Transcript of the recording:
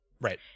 right